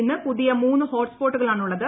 ഇന്ന് പുതിയ മൂന്ന് ഹോട്ട്സ്പോട്ടുകളാണുള്ളത്